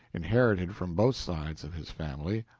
inherited from both sides of his family,